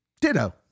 Ditto